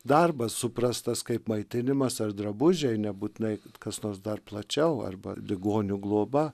darbas suprastas kaip maitinimas ar drabužiai nebūtinai kas nors dar plačiau arba ligonių globa